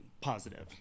positive